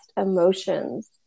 emotions